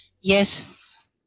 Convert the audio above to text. Yes